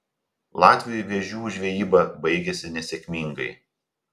latviui vėžių žvejyba baigėsi nesėkmingai